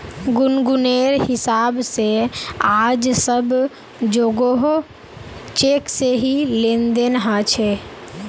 गुनगुनेर हिसाब से आज सब जोगोह चेक से ही लेन देन ह छे